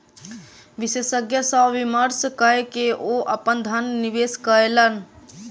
विशेषज्ञ सॅ विमर्श कय के ओ अपन धन निवेश कयलैन